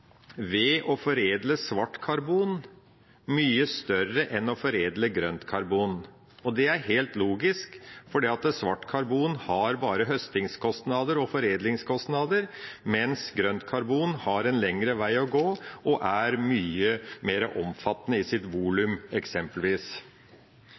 ved å foredle svart karbon mye større enn ved å foredle grønt karbon. Det er helt logisk, for svart karbon har bare høstingskostnader og foredlingskostnader, mens grønt karbon har en lengre vei å gå og er mye mer omfattende i sitt volum, eksempelvis.